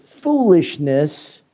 foolishness